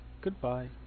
Goodbye